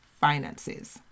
finances